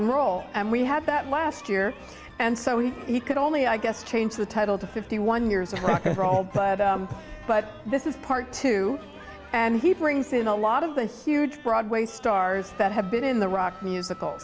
n roll and we had that last year and so he he could only i guess change the title to fifty one years of rock and roll but this is part two and he brings in a lot of the huge broadway stars that have been in the rock musical